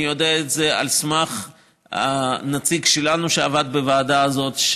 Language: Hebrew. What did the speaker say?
אני יודע את זה על סמך הנציג שלנו שעבד בוועדה הזאת,